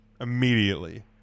immediately